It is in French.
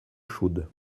chaude